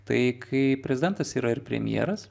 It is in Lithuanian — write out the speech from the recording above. tai kai prezidentas yra ir premjeras